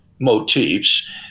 motifs